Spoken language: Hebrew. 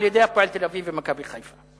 על-ידי ה"פועל תל-אביב" ו"מכבי חיפה".